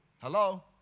Hello